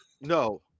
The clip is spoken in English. No